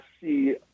see